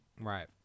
Right